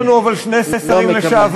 יש לנו אבל שני שרים לשעבר,